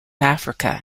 africa